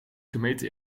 gemeten